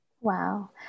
Wow